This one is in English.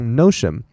notion